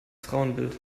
frauenbild